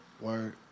Word